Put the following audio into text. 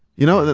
you know,